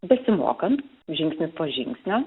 besimokant žingsnis po žingsnio